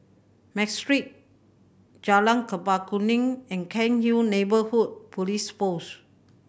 Matrix Jalan Chempaka Kuning and Cairnhill Neighbourhood Police Post